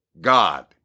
God